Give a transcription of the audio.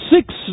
six